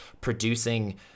producing